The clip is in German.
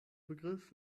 begriff